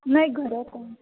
नाही घर कोण